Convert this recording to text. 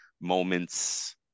moments